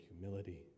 humility